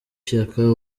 shyaka